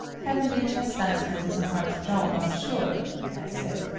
heavenly chastisement is a hard job, i'm sure, i said.